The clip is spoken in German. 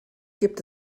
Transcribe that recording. gibt